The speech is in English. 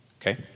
Okay